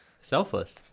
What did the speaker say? Selfless